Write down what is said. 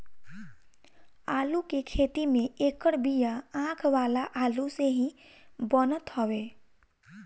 आलू के खेती में एकर बिया आँख वाला आलू से ही बनत हवे